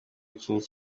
ukinira